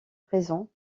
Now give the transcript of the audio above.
présents